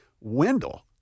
Wendell